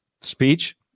speech